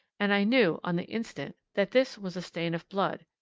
and i knew on the instant that this was the stain of blood,